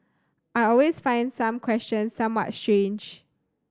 I always find some questions somewhat strange